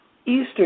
Eastern